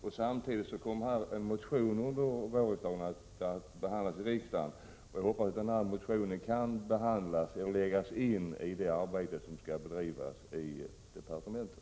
En motion i detta ämne kommer att behandlas av riksdagen under våren, och jag hoppas att det som framförs i motionen kan läggas in i det arbete som skall bedrivas i departementet.